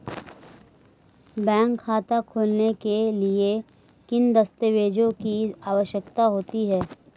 Bank खाता खोलने के लिए किन दस्तावेज़ों की आवश्यकता होती है?